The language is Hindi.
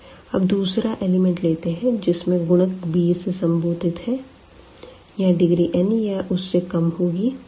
अब दूसरा दूसरा एलिमेंट लेते हैं जिसमें गुणक b से संबोधित है यहां डिग्री n या उससे कम होगी